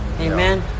amen